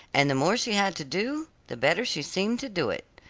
and the more she had to do the better she seemed to do it.